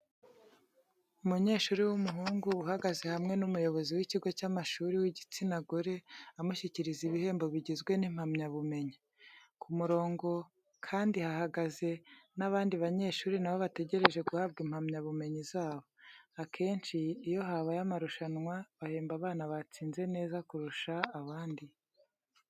Umunyeshuri w'umuhungu uhagaze hamwe n'umuyobozi w'ikigo cy'amashuri w'igitsina gore, amushyikiriza ibihembo bigizwe n'impamyabumenyi. Ku murongo kandi hahagaze n'abandi banyeshuri na bo bategereje guhabwa impamyabumenyi zabo. Akenshi iyo habaye amarushanwa bahemba abana batsinze neza kurusha abandi.